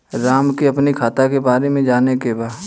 राम के अपने खाता के बारे मे जाने के बा?